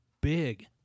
Big